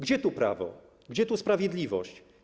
Gdzie tu prawo, gdzie tu sprawiedliwość?